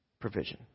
provision